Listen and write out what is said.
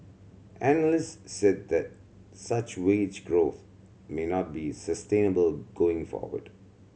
analysts said that such wage growth may not be sustainable going forward